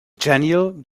genial